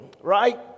right